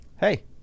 Hey